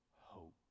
hope